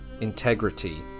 integrity